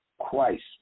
Christ